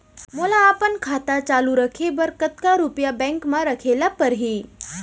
मोला अपन खाता चालू रखे बर कतका रुपिया बैंक म रखे ला परही?